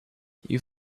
you